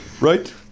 right